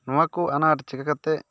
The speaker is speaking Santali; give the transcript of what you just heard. ᱱᱚᱣᱟ ᱠᱚ ᱟᱱᱟᱴ ᱪᱤᱠᱟᱹ ᱠᱟᱛᱮᱫ